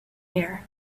air